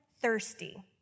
thirsty